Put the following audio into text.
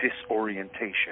disorientation